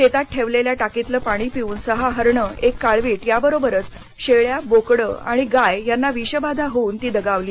शेतात ठेवलेल्या टाकीतलं पाणी पिऊन सहा हरणं एक काळवीट या बरोबरच शेळ्या बोकडं आणि गाय यांना विषबाधा होऊन ती दगावली